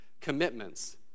commitments